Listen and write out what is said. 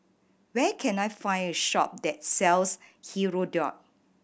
where can I find a shop that sells Hirudoid